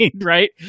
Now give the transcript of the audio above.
right